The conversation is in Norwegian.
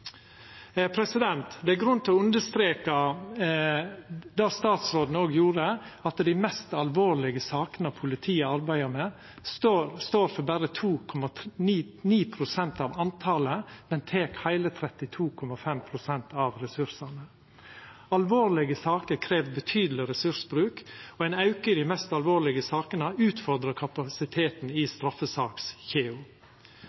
Det er grunn til å understreka det statsråden òg gjorde, at dei mest alvorlege sakene politiet arbeider med, utgjer berre 2,9 pst. av sakene, men tek heile 32,5 pst. av ressursane. Alvorlege saker krev betydeleg ressursbruk, og ein auke i dei mest alvorlege sakene utfordrar kapasiteten i